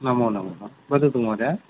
नमो नमः वदतु महोदये